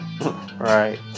Right